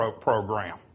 program